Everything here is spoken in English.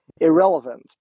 irrelevant